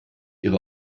ihre